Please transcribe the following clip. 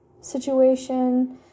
situation